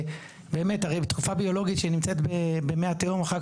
הרי בתרופה ביולוגית שנמצא במי התהום ואחר